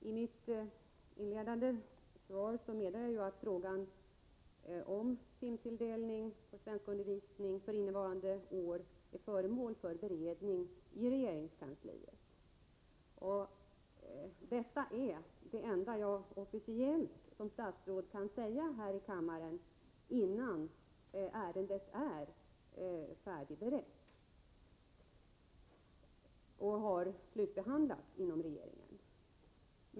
I mitt inledande svar sade jag att frågan om timtilldelning för svenskundervisning för innevarande år är föremål för beredning i regeringskansliet. Detta är det enda som jag officiellt som statsråd kan säga här i kammaren, innan ärendet är färdigberett och har slutbehandlats inom regeringen.